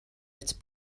its